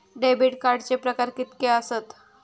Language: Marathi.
डेबिट कार्डचे प्रकार कीतके आसत?